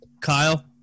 Kyle